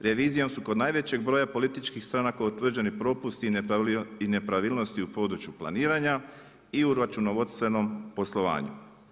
Revizijom su kod najvećih broja političkih stranaka utvrđeni propusti i nepravilnosti u području planiranja i u računovodstvenom poslovanju.